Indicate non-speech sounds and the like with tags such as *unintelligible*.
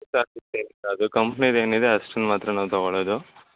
*unintelligible* ಏನಿಲ್ಲ ಅದು ಕಂಪ್ನಿದು ಏನಿದೆ ಅಷ್ಟನ್ನು ಮಾತ್ರ ನಾವು ತೊಗೋಳ್ಳೊದು